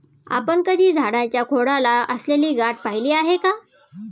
आपण कधी झाडाच्या खोडाला असलेली गाठ पहिली आहे का?